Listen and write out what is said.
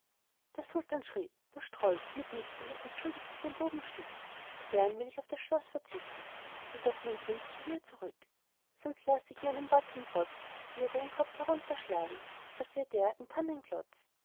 der sultan schrie du strolch mitnichten entschuldigst du dein bubenstück gern will ich auf das schloß verzichten jedoch mein kind gib mir zurück sonst lass ich meinem wort zum trotz dir deinen kopf herunterschlagen als wäre der ein